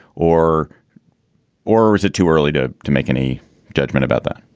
or or is it too early to to make any judgment about that?